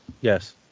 Yes